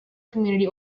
community